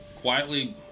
quietly